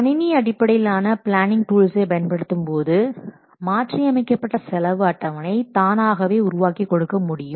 கணினி அடிப்படையிலான பிளானிங் டூல்ஸ்சை பயன்படுத்தும் போது மாற்றி அமைக்கப்பட்ட செலவு அட்டவணை தானாகவே உருவாக்கிக் கொடுக்க முடியும்